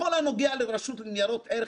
בכל הנוגע לרשות ניירות ערך,